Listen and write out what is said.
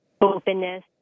openness